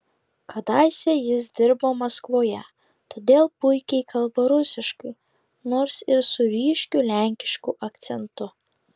kadaise jis dirbo maskvoje todėl puikiai kalba rusiškai nors ir su ryškiu lenkišku akcentu